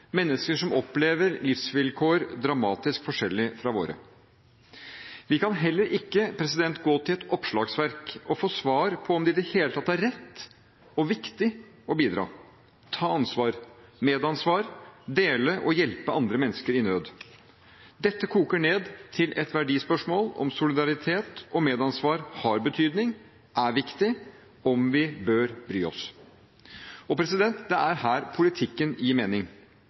mennesker som opplever livsvilkår dramatisk forskjellige fra våre. Vi kan heller ikke gå til et oppslagsverk for å få svar på om det i det hele tatt er rett og viktig å bidra, ta ansvar, medansvar, dele og hjelpe andre mennesker i nød. Dette koker ned til et verdispørsmål om solidaritet og medansvar har betydning, om det er viktig, og om vi bør bry oss. Det er her politikken gir mening.